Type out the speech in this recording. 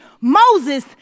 Moses